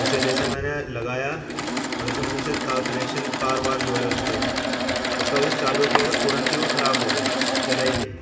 اسے جیسے میں نے لگایا اور جیسے میں نے اسے تا کنکشن تار وار جوڑے اس کے اس کے بعد جب چالو کیا تو ترنت ہی وہ خراب ہو گیا چلا ہی نہیں